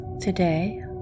today